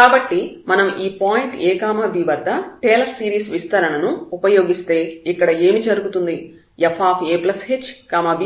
కాబట్టి మనం ఈ పాయింట్ ab వద్ద టేలర్ సిరీస్ విస్తరణను ఉపయోగిస్తే ఇక్కడ ఏమి జరుగుతుంది fahbk fab